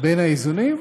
בין האיזונים.